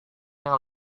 yang